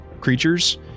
creatures